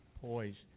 poised